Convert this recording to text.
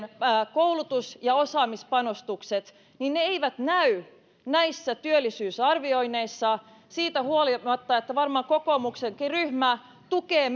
koulutus ja osaamispanostukset eivät näy näissä työllisyysarvioinneissa siitä huolimatta että varmaan kokoomuksenkin ryhmä tukee